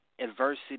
adversity